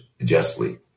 justly